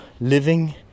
living